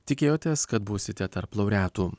tikėjotės kad būsite tarp laureatų